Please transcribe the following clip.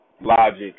Logic